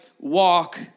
walk